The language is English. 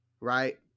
Right